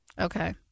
Okay